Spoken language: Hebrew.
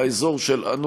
באזור שלנו,